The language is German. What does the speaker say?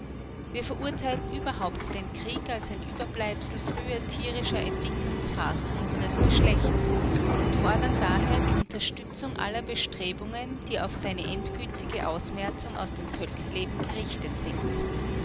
wir verurteilen überhaupt den krieg als ein überbleibsel früherer tierischer entwicklungsphasen unseres geschlechts und fordern daher die unterstützung aller bestrebungen die auf seine endgültige ausmerzung aus dem völkerleben gerichtet sind